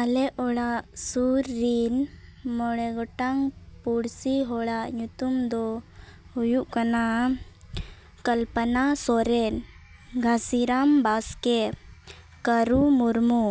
ᱟᱞᱮ ᱚᱲᱟᱜ ᱥᱩᱨ ᱨᱤᱱ ᱢᱚᱬᱮ ᱜᱚᱴᱟᱝ ᱯᱩᱲᱥᱤ ᱦᱚᱲᱟᱜ ᱧᱩᱛᱩᱢ ᱫᱚ ᱦᱩᱭᱩᱜ ᱠᱟᱱᱟ ᱠᱚᱞᱯᱚᱱᱟ ᱥᱚᱨᱮᱱ ᱜᱷᱟᱹᱥᱤᱨᱟᱢ ᱵᱟᱥᱠᱮ ᱠᱟᱹᱨᱩ ᱢᱩᱨᱢᱩ